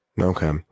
okay